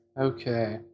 Okay